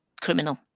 Criminal